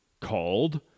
called